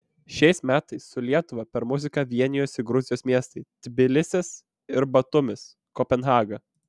šiais metais su lietuva per muziką vienijosi gruzijos miestai tbilisis ir batumis kopenhaga